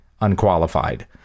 unqualified